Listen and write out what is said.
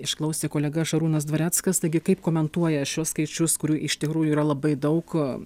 išklausė kolega šarūnas dvareckas taigi kaip komentuoja šiuos skaičius kurių iš tikrųjų yra labai daug